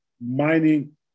mining